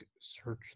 search